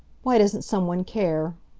why doesn't some one care!